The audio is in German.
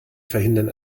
verhindern